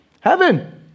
heaven